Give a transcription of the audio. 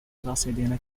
pasadena